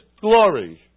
glory